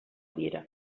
dira